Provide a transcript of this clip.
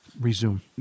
resume